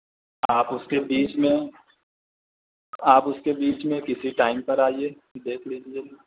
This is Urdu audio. آپ اس کے بیچ میں آپ اس کے بیچ میں کسی ٹائم پر آئیے دیکھ لیجیے